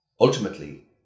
ultimately